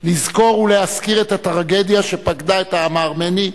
לזכור ולהזכיר את הטרגדיה שפקדה את העם הארמני,